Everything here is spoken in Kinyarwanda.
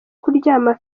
kuryama